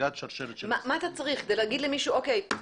הצגת שרשרת של מסמכים --- כדי להגיד למישהו: אוקיי,